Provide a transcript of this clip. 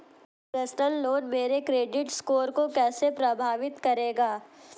Personal loan मेरे credit score को कैसे प्रभावित करेगा?